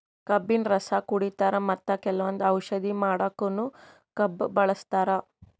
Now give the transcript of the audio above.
ಕಬ್ಬಿನ್ ರಸ ಕುಡಿತಾರ್ ಮತ್ತ್ ಕೆಲವಂದ್ ಔಷಧಿ ಮಾಡಕ್ಕನು ಕಬ್ಬ್ ಬಳಸ್ತಾರ್